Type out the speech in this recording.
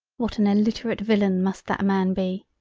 what an illiterate villain must that man be!